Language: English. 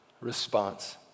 response